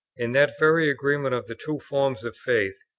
in that very agreement of the two forms of faith,